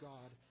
God